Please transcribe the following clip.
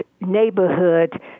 neighborhood